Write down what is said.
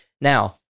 Now